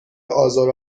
آزار